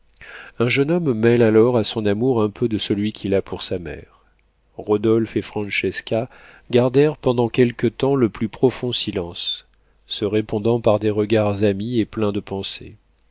un jeune homme mêle alors à son amour un peu de celui qu'il a pour sa mère rodolphe et francesca gardèrent pendant quelque temps le plus profond silence se répondant par des regards amis et pleins de pensées